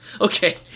Okay